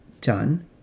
done